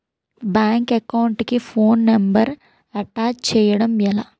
Bank account కి phone number attach చేయడం ఎలా?